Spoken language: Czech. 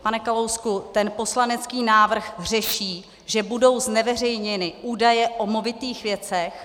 Pane Kalousku, ten poslanecký návrh řeší, že budou zneveřejněny údaje o movitých věcech.